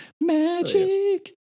Magic